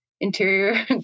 interior